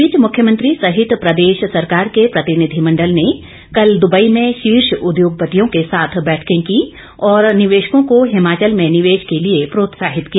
इस बीच मुख्यमंत्री सहित प्रदेश सरकार के प्रतिनिधिमंडल ने कल दुबई में शीर्ष उद्योगपतियों के साथ बैठकें कीं और निवेशकों को हिमाचल में निवेश के लिए प्रोत्साहित किया